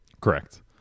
Correct